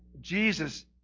Jesus